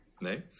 No